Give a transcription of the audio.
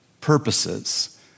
purposes